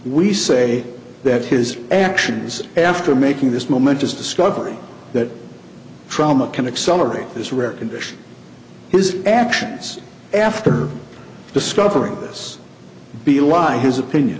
we say that his actions after making this momentous discovery that trauma can accelerate this rare condition his actions after discovering this be a lie his opinion